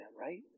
right